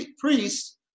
priests